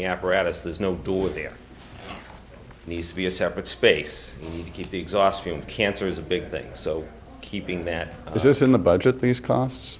the apparatus there's no door there needs to be a separate space to keep the exhaust fumes cancer is a big things so keeping that is this in the budget these costs